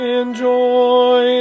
enjoy